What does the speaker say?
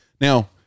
now